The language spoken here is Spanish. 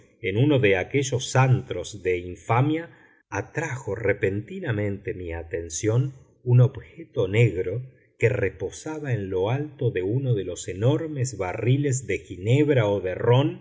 en uno de aquellos antros de infamia atrajo repentinamente mi atención un objeto negro que reposaba en lo alto de uno de los enormes barriles de ginebra o